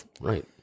right